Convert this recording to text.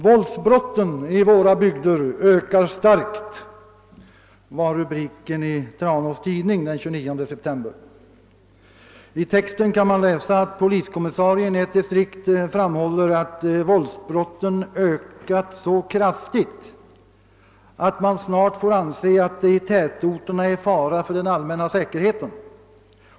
»Våldsbrotten i våra bygder ökar starkt«, var rubriken i Tranås Tidning den 29 september. I texten kan vi läsa att poliskommissarien i ett distrikt framhåller, att våldsbrotten ökat så kraftigt, att man snart får anse att det i tätorterna är fara för den allmänna säkerheten.